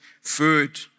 food